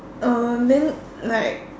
uh then like